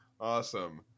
Awesome